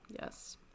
Yes